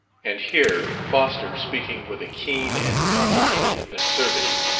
and here, foster, speaking with a keen and complicated acerbity,